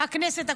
הכנסת הקודמת.